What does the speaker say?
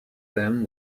them